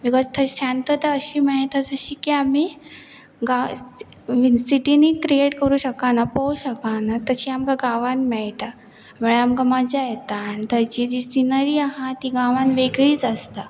because थंय शांतता अशी मेळटा जशी की आमी गांव सिटीनी क्रिऐट करूं शकाना पळोवं शकना तशी आमकां गांवान मेळटा म्हळ्यार आमकां मजा येता आनी थंयची जी सिनरी आसा ती गांवान वेगळीच आसता